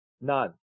None